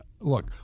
Look